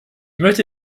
möchte